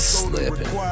slipping